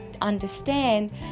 understand